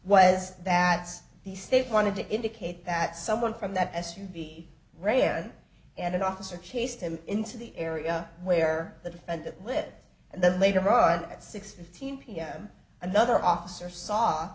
was that the state wanted to indicate that someone from that s u v rare and it officer chased him into the area where the defendant lives and then later on at six fifteen pm another officer saw